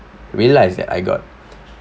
realised that I got